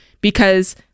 because-